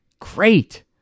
great